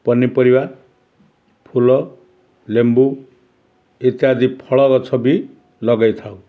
ପନିପରିବା ଫୁଲ ଲେମ୍ବୁ ଇତ୍ୟାଦି ଫଳ ଗଛ ବି ଲଗାଇ ଥାଉ